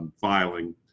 filing